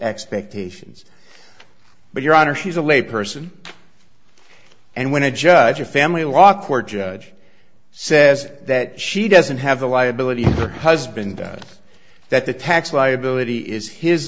expectations but your honor she's a lay person and when a judge a family law court judge says that she doesn't have the liability for a husband that the tax liability is his